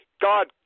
god